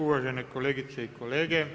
Uvažene kolegice i kolege.